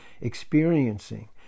Experiencing